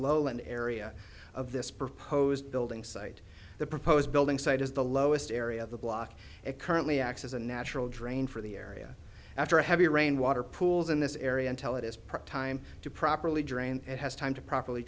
low an area of this proposed building site the proposed building site is the lowest area of the block it currently access a natural drain for the area after a heavy rain water pools in this area until it is proper time to properly drain it has time to properly